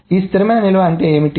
ఈ స్థిరమైన నిల్వ అంటే ఏమిటి